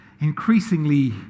increasingly